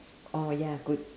orh ya good